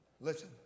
Listen